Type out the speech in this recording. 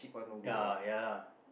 uh ya lah